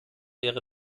wäre